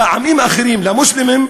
לעמים אחרים, למוסלמים,